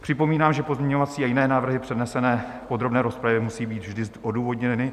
Připomínám, že pozměňovací a jiné návrhy přednesené v podrobné rozpravě musejí být vždy odůvodněny.